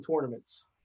tournaments